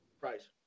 price